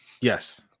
Yes